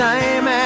Time